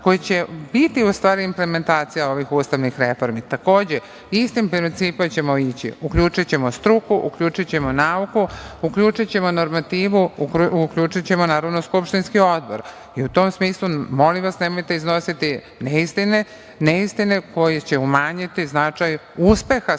koji će biti u stvari implementacija ovih ustavnih reformi. Takođe, istim principom ćemo ići - uključićemo struku, uključićemo nauku, uključićemo normativu, uključićemo naravno i skupštinski odbor.U tom smislu, molim vas, nemojte iznositi neistine koje će umanjiti značaj uspeha sa